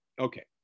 Okay